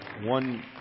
One